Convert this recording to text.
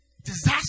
Disaster